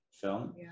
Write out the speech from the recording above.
film